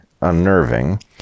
unnerving